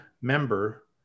member